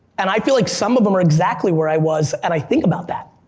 and i feel like some of em are exactly where i was, and i think about that.